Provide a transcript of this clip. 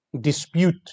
dispute